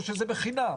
או שזה בחינם?